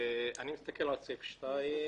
מסתכל על סעיף 2(ב)